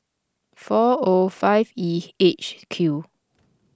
four O five E H Q